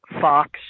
Fox